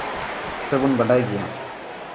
ᱥᱮᱵᱚᱱ ᱵᱟᱰᱟᱭ ᱜᱮᱭᱟ